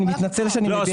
אני מתנצל שאני מביע --- לא,